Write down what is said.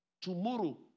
tomorrow